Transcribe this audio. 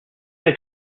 had